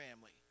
family